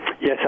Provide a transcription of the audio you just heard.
Yes